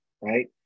right